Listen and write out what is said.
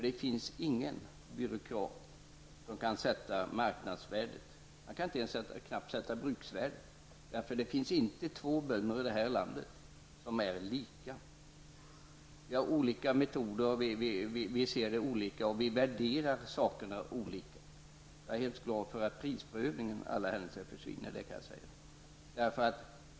Det finns nämligen ingen byråkrat som kan sätta marknadsvärdet, man kan knappt sätta bruksvärdet, eftersom det inte finns två bönder i det här landet som är lika. Vi har olika metoder, vi ser olika på detta, och vi värderar sakerna olika. Jag är hemskt glad över att prisprövningen i alla händelser försvinner.